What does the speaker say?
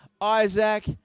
Isaac